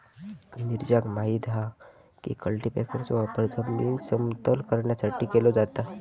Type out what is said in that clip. नीरजाक माहित हा की कल्टीपॅकरचो वापर जमीन समतल करण्यासाठी केलो जाता